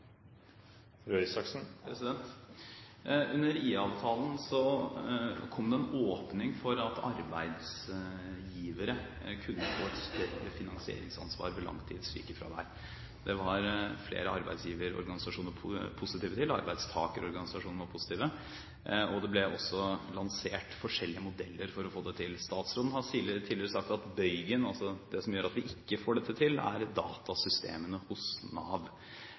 Under IA-avtalen kom det en åpning for at arbeidsgivere kunne få et større finansieringsansvar ved langtidssykefravær. Det var flere arbeidsgiverorganisasjoner positive til, og arbeidstakerorganisasjonene var positive. Det ble også lansert forskjellige modeller for å få det til. Statsråden har tidligere sagt at bøygen, altså det som gjør at vi ikke får dette til, er datasystemene hos Nav.